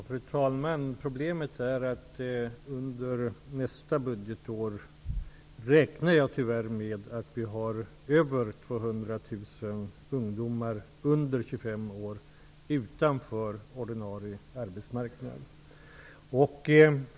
Fru talman! Problemet är att under nästa budgetår räknar jag tyvärr med att det kommer att finnas över 200 000 ungdomar under 25 år utanför ordinarie arbetsmarknad.